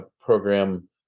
program